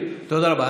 מסירים, תודה רבה.